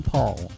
Paul